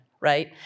right